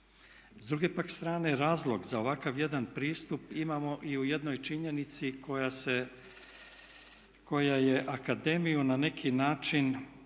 S druge pak strane razlog za ovakav jedan pristup imamo i u jednoj činjenici koja je akademiju na neki način